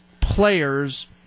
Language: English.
players